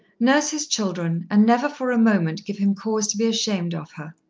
nurse his children, and never for a moment give him cause to be ashamed of her.